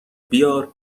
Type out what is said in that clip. بیار